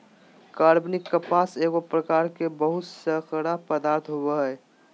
कार्बनिक कपास एगो प्रकार के बहुशर्करा पदार्थ होबो हइ